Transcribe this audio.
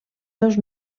dos